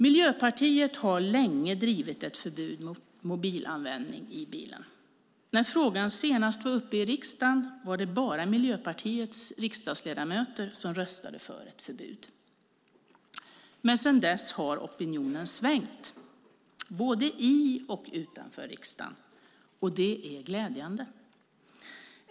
Miljöpartiet har länge drivit frågan om förbud mot mobilanvändning i bil. När frågan senast var uppe i riksdagen var det bara Miljöpartiets riksdagsledamöter som röstade för ett förbud. Men sedan har opinionen svängt både i och utanför riksdagen. Det är glädjande.